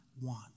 want